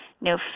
no